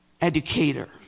educator